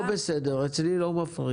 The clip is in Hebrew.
זה לא בסדר, אצלי לא מפריעים.